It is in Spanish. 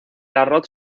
arroz